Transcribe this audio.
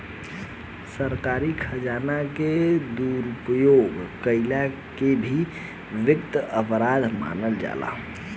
सरकारी खजाना के दुरुपयोग कईला के भी वित्तीय अपराध मानल जाला